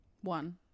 One